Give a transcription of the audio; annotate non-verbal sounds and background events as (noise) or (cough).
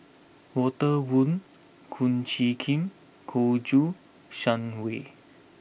Walter Woon Kum Chee Kin (unintelligible) Shang Wei